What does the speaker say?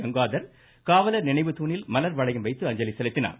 காங்காதர் காவலர் நினைவு தூணில் மலர் வளையம் வைத்து அஞ்சலி செலுத்தினார்